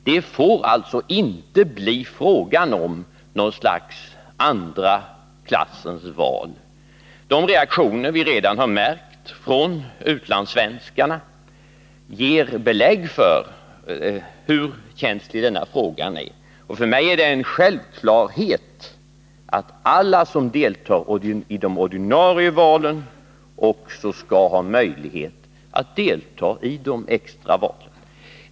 Det får alltså inte bli fråga om något slags andra klassens val. De reaktioner vi redan har märkt från utlandssvenskarna ger belägg för hur känslig denna fråga är. För mig är det en självklarhet att alla som deltar i de ordinarie valen också skall ha möjlighet att delta i de extra valen.